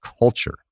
culture